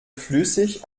flüssig